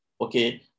Okay